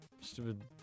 stupid